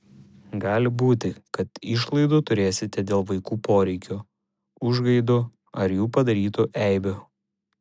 gali būti kad išlaidų turėsite dėl vaikų poreikių užgaidų ar jų padarytų eibių